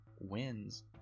Wins